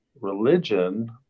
religion